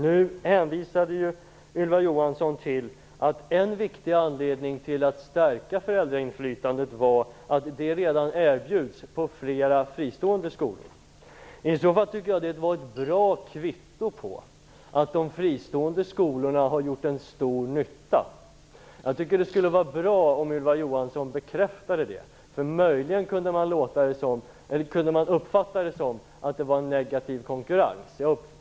Nu hänvisade hon till att en viktig anledning att stärka föräldrainflytandet var att detta redan erbjuds på flera fristående skolor. I så fall var det ett bra kvitto på att de fristående skolorna har gjort stor nytta. Det skulle vara bra om Ylva Johansson bekräftade det, därför att man kunde möjligen uppfatta det så att hon menade att det var negativ konkurrens.